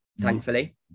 thankfully